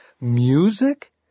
Music